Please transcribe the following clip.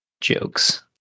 Jokes